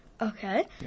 Okay